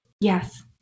Yes